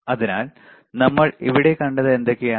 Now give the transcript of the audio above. അതിനാൽ നമ്മൾ ഇവിടെ കണ്ടത് എന്തൊക്കെയാണ്